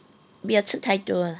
不要吃太多 ah